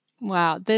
Wow